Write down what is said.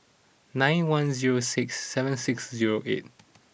nine one zero six seven six zero eight